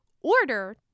Order